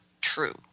true